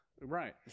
Right